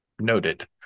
noted